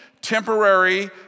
temporary